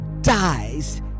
dies